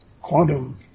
quantum